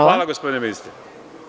Hvala gospodine ministre.